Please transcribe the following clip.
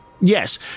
Yes